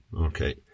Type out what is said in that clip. Okay